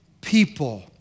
people